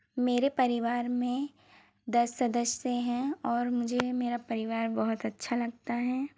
मेरे परिवार में दस सदस्य हैं और मुझे मेरा परिवार बहुत अच्छा लगता है